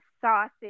sausage